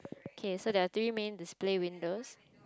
okay so there are three main display windows